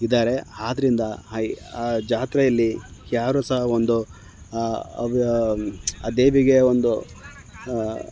ಇದ್ದಾರೆ ಆದ್ದರಿಂದ ಆ ಜಾತ್ರೆಯಲ್ಲಿ ಯಾರು ಸಹ ಒಂದು ಅದು ಆ ದೇವಿಗೆ ಒಂದು